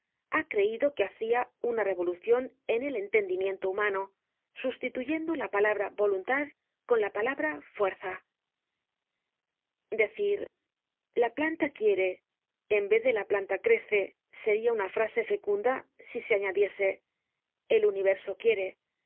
ha creido que hacia una revolucion en el entendimiento humano sustituyendo la palabra voluntad con la palabra fuerza decir la planta quiere en vez de la planta crece seria una frase fecunda si se añadiese el universo quiere porque